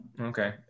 Okay